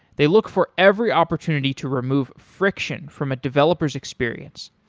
they look for every opportunity to remove friction from a developer s experience.